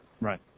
Right